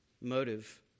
motive